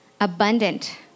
abundant